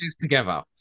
together